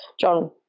John